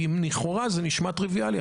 לכאורה זה נשמע טריוויאלי,